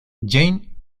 jane